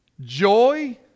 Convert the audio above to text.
joy